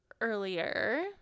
earlier